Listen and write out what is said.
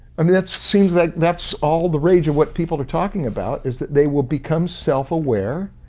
i mean, that seems like that's all the rage of what people are talking about is that they will become self-aware.